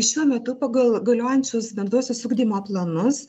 šiuo metu pagal galiojančius bendruosius ugdymo planus